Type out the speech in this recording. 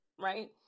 Right